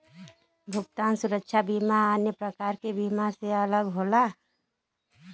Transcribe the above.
भुगतान सुरक्षा बीमा अन्य प्रकार के बीमा से अलग होला